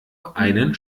einen